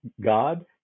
God